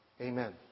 Amen